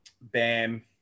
Bam